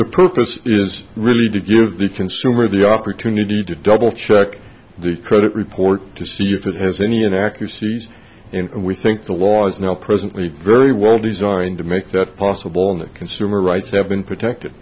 the purpose is really to give the consumer the opportunity to double check the credit report to see if it has any inaccuracies in we think the laws now presently very well designed to make that possible and the consumer rights have been protected